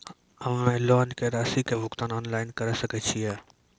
हम्मे लोन के रासि के भुगतान ऑनलाइन करे सकय छियै?